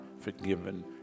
forgiven